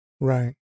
Right